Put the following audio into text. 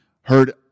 heard